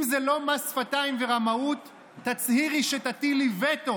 אם זה לא מס שפתיים ורמאות, תצהירי שתטילי וטו